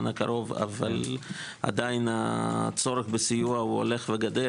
הקרוב אבל עדיין הצורך בסיוע הולך וגדל,